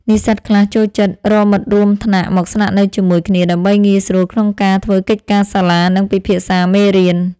និស្សិតខ្លះចូលចិត្តរកមិត្តរួមថ្នាក់មកស្នាក់នៅជាមួយគ្នាដើម្បីងាយស្រួលក្នុងការធ្វើកិច្ចការសាលានិងពិភាក្សាមេរៀន។